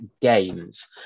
games